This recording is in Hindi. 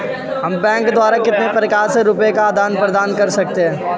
हम बैंक द्वारा कितने प्रकार से रुपये का आदान प्रदान कर सकते हैं?